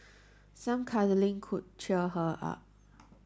some cuddling could cheer her up